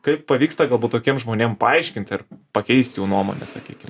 kaip pavyksta galbūt tokiem žmonėm paaiškint ir pakeist jų nuomonę sakykim